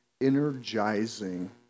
energizing